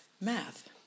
math